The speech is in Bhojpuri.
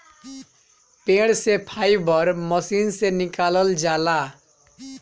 पेड़ से फाइबर मशीन से निकालल जाला